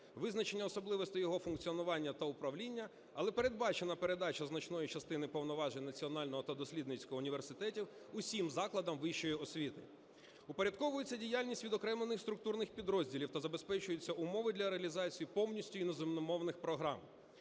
визначення особливостей його функціонування та управління, але передбачена передача значної частини повноважень національного та дослідницького університетів всім закладам вищої освіти. Упорядковується діяльність відокремлених структурних підрозділів та забезпечуються умови для реалізації повністю іноземномовних програм.